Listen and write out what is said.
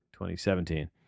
2017